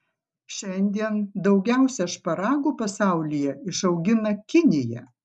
šiandien daugiausiai šparagų pasaulyje išaugina kinija